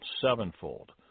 sevenfold